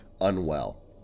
unwell